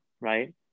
Right